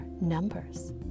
numbers